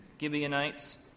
Gibeonites